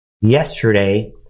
yesterday